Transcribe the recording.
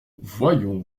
voyons